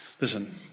Listen